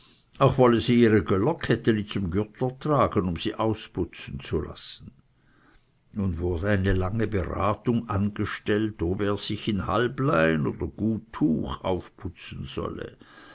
auch wolle sie ihre göllerketteli zum gürtler tragen um sie ausputzen zu lassen nun wurde eine lange beratung angestellt ob er sich in halblein oder guttuch aufputzen solle